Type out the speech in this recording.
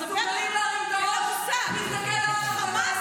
מסוגלים להרים את הראש, להסתכל --- בעיניים.